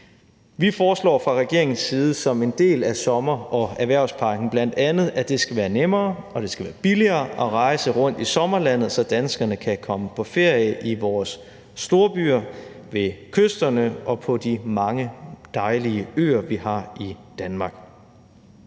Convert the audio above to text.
Vi foreslår fra regeringens side som en del af sommer- og erhvervspakken bl.a., at det skal være nemmere og billigere at rejse rundt i sommerlandet, så danskerne kan komme på ferie i vores storbyer, ved kysterne og på de mange dejlige øer, vi har i Danmark.